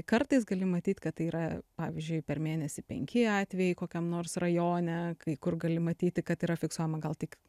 kartais gali matyt kad tai yra pavyzdžiui per mėnesį penki atvejai kokiam nors rajone kai kur gali matyti kad yra fiksuojama gal tik